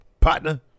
partner